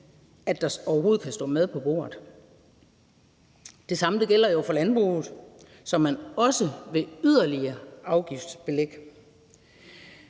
at der overhovedet kan stå mad på bordet. Det samme gælder for landbruget, som man også vil lægge yderligere afgifter